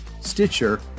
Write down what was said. Stitcher